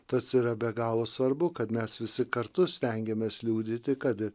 tas yra be galo svarbu kad mes visi kartu stengiamės liudyti kad